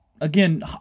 again